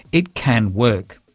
it can work.